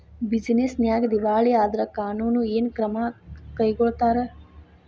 Business ನ್ಯಾಗ ದಿವಾಳಿ ಆದ್ರ ಕಾನೂನು ಏನ ಕ್ರಮಾ ಕೈಗೊಳ್ತಾರ?